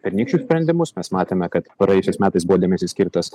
pernykščius sprendimus mes matėme kad praėjusiais metais buvo dėmesys skirtas